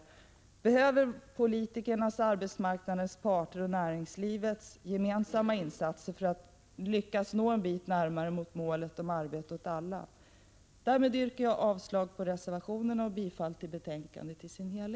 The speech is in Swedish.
Här behövs politikernas, arbetsmarknadens parters och näringslivets gemensamma insatser för att man skall lyckas komma en bit närmare målet om arbete åt alla. Därmed yrkar jag avslag på reservationerna och bifall till utskottets hemställan i dess helhet.